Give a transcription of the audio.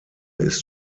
ist